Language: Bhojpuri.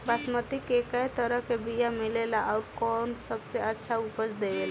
बासमती के कै तरह के बीया मिलेला आउर कौन सबसे अच्छा उपज देवेला?